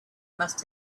must